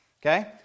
Okay